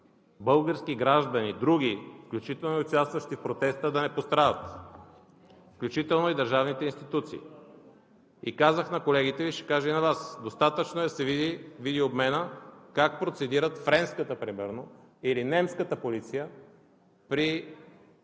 български граждани, включително и участващи в протеста, да не пострадат, включително и държавните институции. И казах на колегите Ви, ще кажа и на Вас: достатъчно е да се види видеообменът, как процедират френската примерно, или немската полиция при